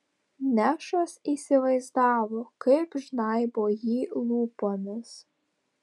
nešas įsivaizdavo kaip žnaibo jį lūpomis